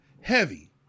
heavy